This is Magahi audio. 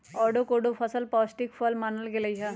अवोकेडो सबसे पौष्टिक फल मानल गेलई ह